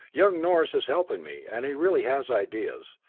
young norris is helping me, and he really has ideas.